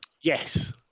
Yes